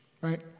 right